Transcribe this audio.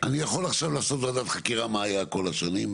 אני יכול לעשות עכשיו ועדת חקירה מה היה כל השנים.